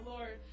Lord